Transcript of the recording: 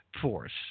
Force